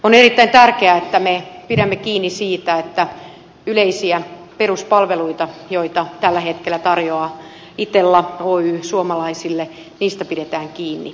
on erittäin tärkeää että me pidämme kiinni siitä että yleisistä peruspalveluista joita tällä hetkellä tarjoaa itella oy suomalaisille pidetään kiinni